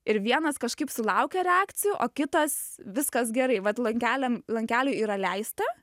ir vienas kažkaip sulaukia reakcijų o kitas viskas gerai vat lankeliam lankeliui yra leista